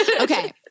Okay